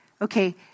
Okay